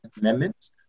amendments